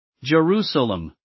Jerusalem